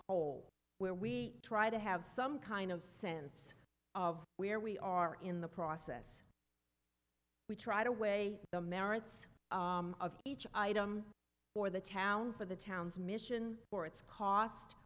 poll where we try to have some kind of sense of where we are in the process we try to weigh the merits of each item or the town for the town's mission or its cost